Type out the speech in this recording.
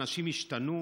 האנשים השתנו,